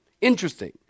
Interesting